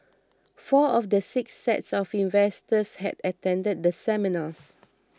four of the six sets of investors had attended the seminars